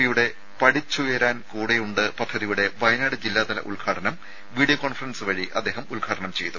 പിയുടെ പഠിച്ചുയരാൻ കൂടെയുണ്ട് പദ്ധതിയുടെ വയനാട് ജില്ലാതല ഉദ്ഘാടനം വീഡിയോ കോൺഫറൻസ് വഴി അദ്ദേഹം ഉദ്ഘാടനം ചെയ്തു